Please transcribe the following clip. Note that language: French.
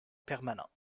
permanente